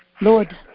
Lord